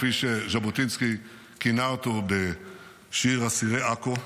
כפי שז'בוטינסקי כינה אותו בשיר "אסירי עכו",